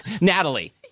Natalie